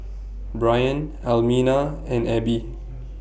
Brion Almina and Abbie